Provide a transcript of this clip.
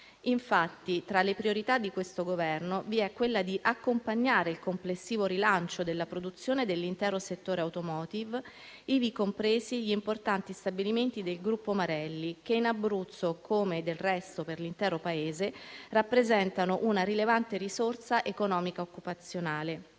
Infatti, tra le priorità di questo Governo vi è quella di accompagnare il complessivo rilancio della produzione dell'intero settore *automotive*,ivi compresi gli importanti stabilimenti del gruppo Marelli, che in Abruzzo, come del resto per l'intero Paese, rappresentano una rilevante risorsa economica e occupazionale.